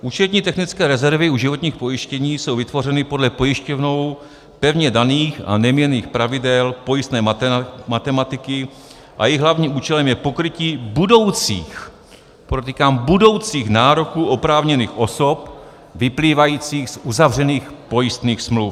Účetní technické rezervy u životních pojištění jsou vytvořeny podle pojišťovnou pevně daných a neměnných pravidel pojistné matematiky a jejich hlavním účelem je pokrytí budoucích podotýkám budoucích nároků oprávněných osob vyplývajících z uzavřených pojistných smluv.